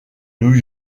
new